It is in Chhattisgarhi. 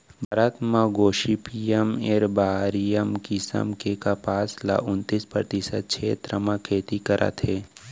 भारत म गोसिपीयम एरबॉरियम किसम के कपसा ल उन्तीस परतिसत छेत्र म खेती करत हें